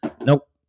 Nope